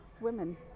women